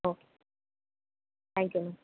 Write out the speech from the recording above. okay thank you ma'am